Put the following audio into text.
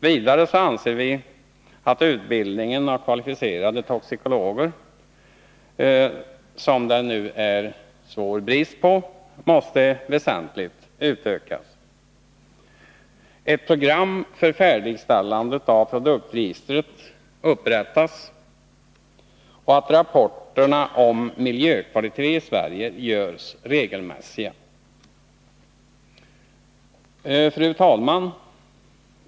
Vidare anser vi att utbildningen Nr 52 av kvalificerade toxikologer, som det nu är svår brist på, måste väsentligt Tisdagen den utökas, att ett program för färdigställande av produktregistret måste 15 december 1981 upprättas och att rapporterna om miljökvalitet i Sverige måste göras regelmässiga. Fru talman!